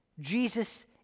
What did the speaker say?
Jesus